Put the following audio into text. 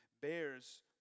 bears